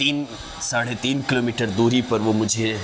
تین ساڑھے تین کیلو میٹر دوری پر وہ مجھے